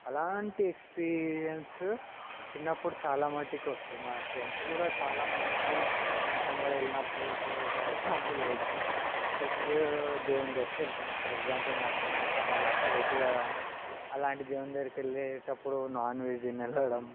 అలాంటి ఎక్స్పీరియన్స్ చిన్నప్పుడు చాలామట్టుకి వస్తుంది మన ఫ్రెండ్స్ కూడా చాలామంది ఫ్రెండ్స్ వెంబడి వెళ్ళినప్పుడు అప్పుడు ఫర్ ఎగ్జాంపుల్ వెజ్ వెజ్ దేవుడి దగ్గరికి వెళ్తాం ఫర్ ఎగ్జాంపుల్ నరసింహస్వామి వీళ్ళంతా వెజ్ కదా అలాంటి దేవుని దగ్గరికి వెళ్ళేటప్పుడు నాన్వెజ్ తిని వెళ్ళడం